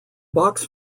box